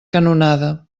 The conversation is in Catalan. canonada